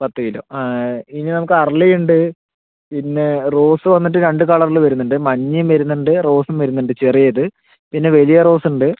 പത്തു കിലോ ഇനി നമുക്ക് അരളിയുണ്ട് പിന്നെ റോസ് വന്നിട്ട് രണ്ടു കളറിൽ വരുന്നുണ്ട് മഞ്ഞയും വരുന്നുണ്ട് റോസും വരുന്നുണ്ട് ചെറിയത് പിന്നെ വലിയ റോസുണ്ട്